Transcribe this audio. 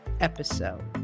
episode